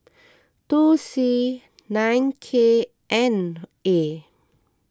two C nine K N A